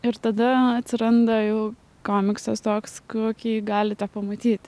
ir tada atsiranda jau komiksas toks kokį galite pamatyt